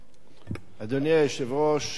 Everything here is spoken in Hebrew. אדוני היושב-ראש, כבוד השר,